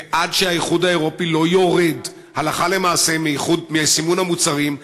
ועד שהאיחוד האירופי לא יורד הלכה למעשה מסימון המוצרים,